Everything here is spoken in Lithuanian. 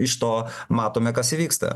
iš to matome kas įvyksta